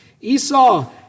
Esau